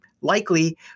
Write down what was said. likely